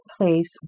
place